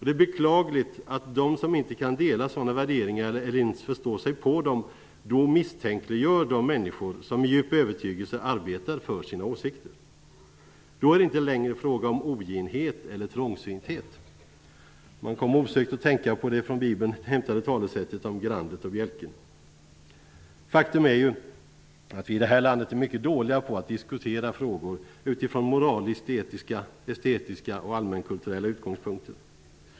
Det är beklagligt att de som inte kan dela sådana värderingar eller ens förstå sig på dem misstänkliggör de människor som med djup övertygelse arbetar för sina åsikter. Då är det inte längre frågan om oginhet eller trångsynthet. Jag kommer osökt att tänka på det från Bibeln hämtade talesättet om grandet och bjälken. Faktum är ju att vi i det här landet är mycket dåliga på att diskutera frågor utifrån moraliskt-etiska, estetiska och allmänkulturella utgångspunkter.